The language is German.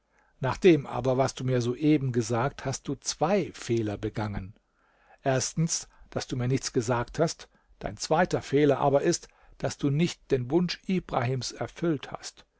dem aber was du mir soeben gesagt hast du zwei fehler begangen erstens daß du mir nichts gesagt hast dein zweiter fehler aber ist daß du nicht den wunsch ibrahims erfüllt hast